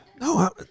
No